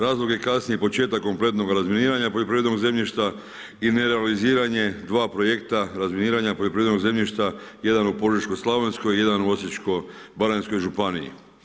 Razlog je kasnije početak kompletnog razminiravanje poljoprivrednog zemljišta i nerealiziranje 2 projekta razminiravanje poljoprivrednog zemljišta, jedan u Požeškoj slavonskoj, jedan u Osječko baranjskoj županiji.